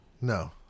no